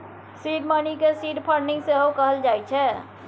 seed money केँ seed funding सेहो कहल जाइ छै